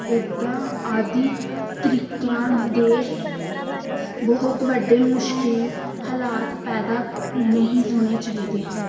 ਇੱਦਾਂ ਆਦੀ ਤਰੀਕਿਆਂ ਦੇ ਬਹੁਤ ਵੱਡੇ ਮੁਸ਼ਕਿਲ ਹਾਲਾਤ ਪੈਦਾ ਨਹੀਂ ਹੋਣੇ ਚਾਹੀਦੇ ਹਨ